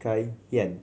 Kay Hian